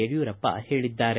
ಯಡಿಯೂರಪ್ಪ ಹೇಳಿದ್ದಾರೆ